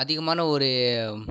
அதிகமான ஒரு